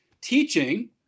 teaching